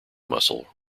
muscle